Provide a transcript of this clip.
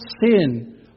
sin